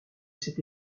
cette